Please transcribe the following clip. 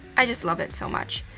i just love it so much.